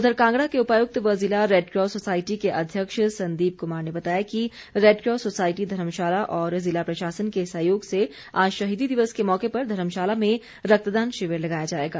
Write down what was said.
उधर कांगड़ा के उपायुक्त व जिला रेडक्रॉस सोसायटी के अध्यक्ष संदीप कुमार ने बताया कि रेडक्रॉस सोसायटी धर्मशाला और जिला प्रशासन के सहयोग से आज शहीदी दिवस के मौके पर धर्मशाला में रक्तदान शिविर लगाया जाएगा